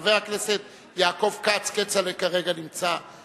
חבר הכנסת יעקב כץ, כצל'ה, כרגע נמצא.